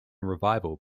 revival